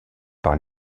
par